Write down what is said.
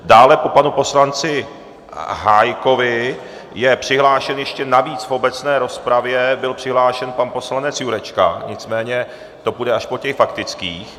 Dále po panu poslanci Hájkovi je přihlášen ještě navíc v obecné rozpravě, byl přihlášen pan poslanec Jurečka, nicméně to bude až po těch faktických.